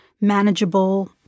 manageable